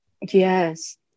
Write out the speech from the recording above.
Yes